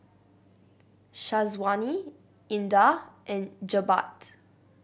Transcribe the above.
Syazwani Indah and Jebat